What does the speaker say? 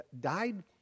died